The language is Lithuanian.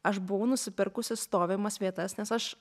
aš buvau nusipirkusi stovimas vietas nes aš